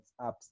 apps